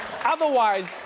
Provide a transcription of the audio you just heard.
Otherwise